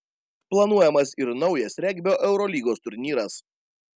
planuojamas ir naujas regbio eurolygos turnyras